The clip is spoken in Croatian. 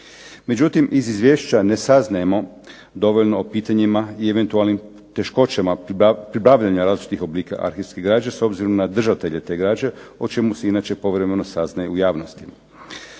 Međutim, iz izvješća ne saznajemo dovoljno o pitanjima i eventualnim teškoćama pribavljanja različitih oblika arhivske građe s obzirom na držatelje te građe o čemu se inače povremeno saznaje u javnosti.